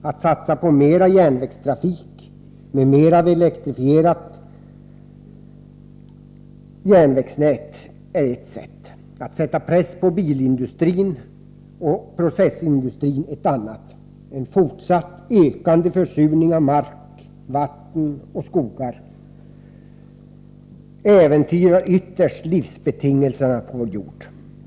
Att satsa på mer järnvägstrafik och ett elektrifierat järnvägsnät är ett sätt. Att sätta press på bilindustrin och processindustrin är ett annat. En fortsatt ökande försurning av mark, vatten och skogar äventyrar ytterst livsbetingelserna på vår jord.